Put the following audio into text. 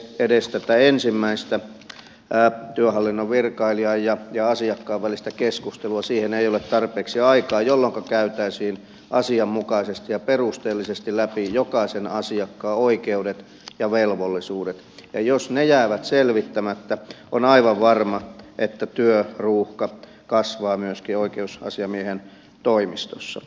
edes tähän ensimmäiseen työhallinnon virkailijan ja asiakkaan väliseen keskusteluun ei ole tarpeeksi aikaa jolloinka käytäisiin asianmukaisesti ja perusteellisesti läpi jokaisen asiakkaan oikeudet ja velvollisuudet ja jos ne jäävät selvittämättä on aivan varma että työruuhka kasvaa myöskin oikeusasiamiehen toimistossa